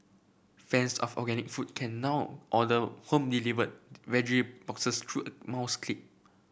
fans of organic food can now order home delivered veggie boxes through a mouse click